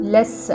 Less